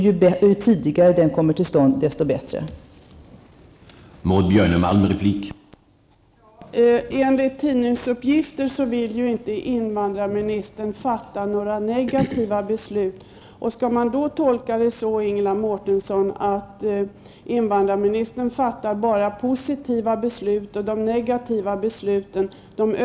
Ju tidigare en sådan kommer till stånd, desto bättre är det.